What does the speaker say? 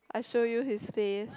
I show you his face